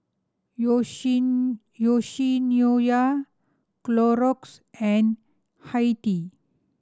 Yoshinoya Clorox and Hi Tea